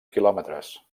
quilòmetres